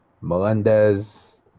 Melendez